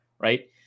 right